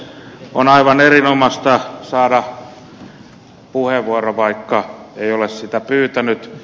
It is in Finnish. on aivan erinomaista saada puheenvuoro vaikka ei ole sitä pyytänyt